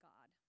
God